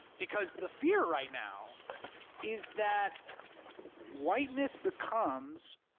because the fear right now is that whiteness becomes,